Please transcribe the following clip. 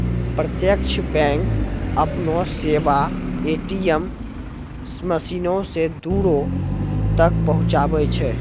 प्रत्यक्ष बैंक अपनो सेबा ए.टी.एम मशीनो से दूरो तक पहुचाबै छै